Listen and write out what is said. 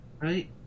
Right